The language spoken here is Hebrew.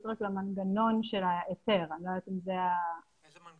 לקבל אותן אילולא היו כאן נסיבות מיוחדות.